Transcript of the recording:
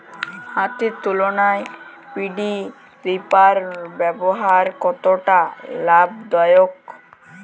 হাতের তুলনায় paddy reaper ব্যবহার কতটা লাভদায়ক?